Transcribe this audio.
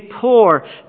poor